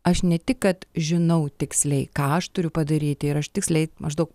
aš ne tik kad žinau tiksliai ką aš turiu padaryti ir aš tiksliai maždaug